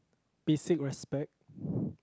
basic respect